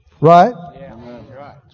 Right